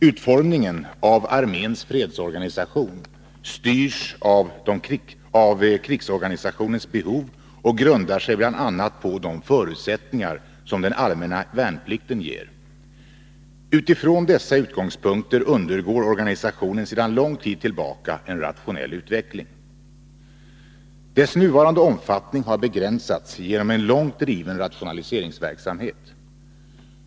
Utformningen av arméns fredsorganisation styrs av krigsorganisationens behov och grundar sig bl.a. på de förutsättningar som den allmänna värnplikten ger. Utifrån dessa utgångspunkter undergår organisationen sedan lång tid tillbaka en rationell utveckling. Dess nuvarande omfattning har begränsats genom en långt driven rationaliseringsverksamhet.